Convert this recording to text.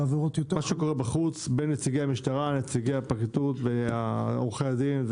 מה קורה בחוץ בין נציגי המשטרה לנציגי הפרקליטות ועורכי הדין,